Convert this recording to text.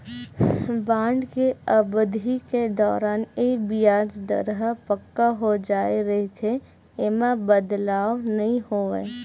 bond के अबधि के दौरान ये बियाज दर ह पक्का हो जाय रहिथे, ऐमा बदलाव नइ होवय